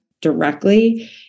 directly